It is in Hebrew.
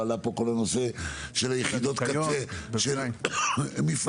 ועלה פה הנושא של יחידות הקצה של מפעלים,